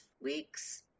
weeks